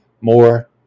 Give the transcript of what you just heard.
more